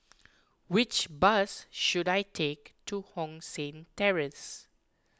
which bus should I take to Hong San Terrace